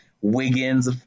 Wiggins